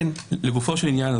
לגופו של עניין,